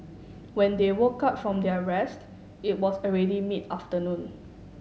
when they woke up from their rest it was already mid afternoon